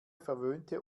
verwöhnte